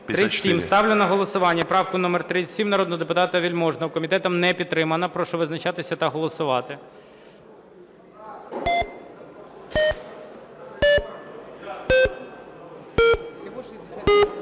37. Ставлю на голосування правку номер 37 народного депутата Вельможного. Комітетом не підтримана. Прошу визначатися та голосувати. 13:35:33 За-73